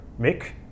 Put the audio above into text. Mick